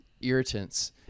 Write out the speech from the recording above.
irritants